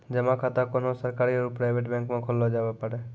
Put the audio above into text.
जमा खाता कोन्हो सरकारी आरू प्राइवेट बैंक मे खोल्लो जावै पारै